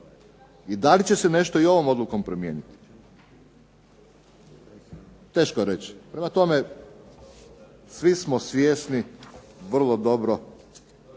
I da li će se nešto i ovom odlukom promijeniti. Teško je reći. Prema tome, svi smo svjesni vrlo dobro